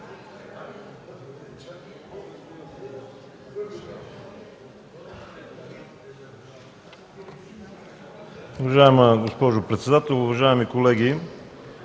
Уважаема госпожо председател, колеги!